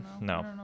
No